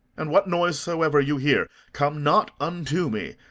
and what noise soever you hear, come not unto me,